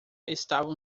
estavam